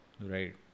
Right